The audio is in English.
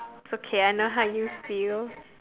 it's okay I know how you feel